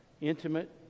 intimate